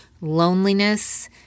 loneliness